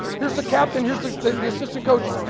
here's the captain. here's the the assistant coach.